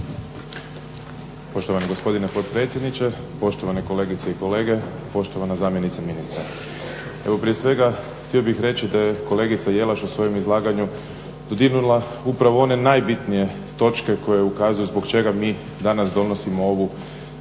Poštovani gospodine potpredsjedniče, poštovane kolegice i kolege, poštovana zamjenice ministra. Evo prije svega htio bih reći kolegica Jelaš je u svom izlaganju dodirnula upravo one najbitnije točke koje ukazuju zbog čega mi danas donosimo ovu